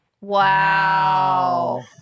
Wow